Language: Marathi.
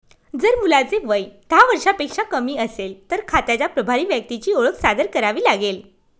जर मुलाचे वय दहा वर्षांपेक्षा कमी असेल, तर खात्याच्या प्रभारी व्यक्तीची ओळख सादर करावी लागेल